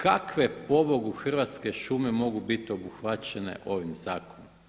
Kakve pobogu Hrvatske šume mogu biti obuhvaćene ovim zakonom?